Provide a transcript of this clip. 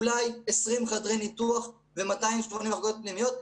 אולי 20 חדרי ניתוח ו-280 מיטות במחלקות פנימיות?